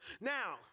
now